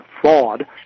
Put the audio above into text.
fraud